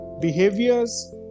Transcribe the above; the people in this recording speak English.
behaviors